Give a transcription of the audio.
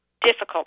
difficult